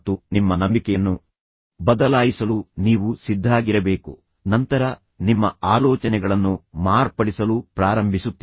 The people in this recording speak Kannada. ಸಕಾರಾತ್ಮಕವಾಗಿರಲು ಕೋರ್ಸ್ ನಿಮಗೆ ಸಹಾಯ ಮಾಡುತ್ತದೆ ಎಂದು ನೀವು ನಂಬಲು ಪ್ರಾರಂಭಿಸಿದರೆ ನಿಮ್ಮ ನಡವಳಿಕೆಯಲ್ಲಿ ಬದಲಾವಣೆ ಮತ್ತು ಬೋಧಕರಲ್ಲಿ ನಂಬಿಕೆಯನ್ನು ಹೊಂದುತ್ತೀರಿ ನಂತರ ನಿಮ್ಮ ಆಲೋಚನೆಗಳನ್ನು ಮಾರ್ಪಡಿಸಲು ಪ್ರಾರಂಭಿಸುತ್ತೀರಿ